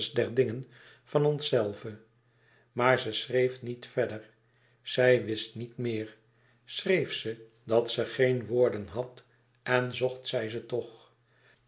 maar ze schreef niet verder zij wist niet meer schreef ze dat ze geen woorden had en zocht zij ze toch